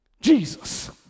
Jesus